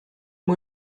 moi